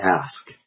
ask